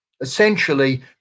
Essentially